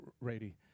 Rady